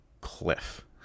cliff